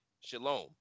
shalom